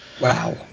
Wow